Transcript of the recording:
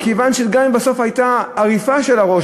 מכיוון שגם אם בסוף הייתה עריפה של הראש,